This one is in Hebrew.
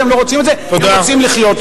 צריכים,